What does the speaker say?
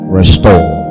restore